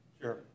Sure